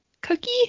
cookie